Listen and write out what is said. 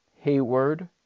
Hayward